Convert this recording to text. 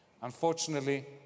Unfortunately